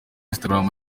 instagram